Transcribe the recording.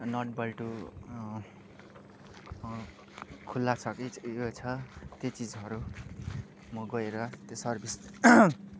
not bolt खुल्ला छ कि उयो छ त्यो चिजहरू म गएर त्यो सर्भिस